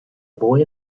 boy